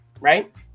right